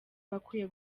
bakwiye